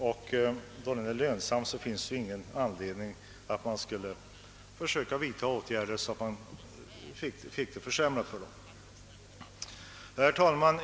Eftersom den är lönsam finns det ingen anledning att vidta åtgärder som skulle leda till försämring för dem.